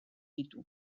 ditu